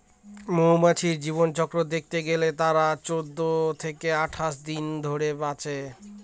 মৌমাছির জীবনচক্র দেখতে গেলে তারা চৌদ্দ থেকে আঠাশ দিন ধরে বাঁচে